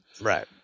Right